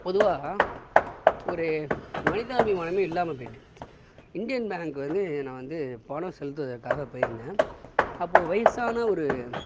பொதுவாக ஒரு மனிதாபிமானமே இல்லாமல் போய்ட்டு இண்டியன் பேங்க்கு வந்து நான் வந்து பணம் செலுத்துவதற்காக போய்ருந்தேன் அப்போது வயசான ஒரு